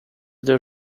their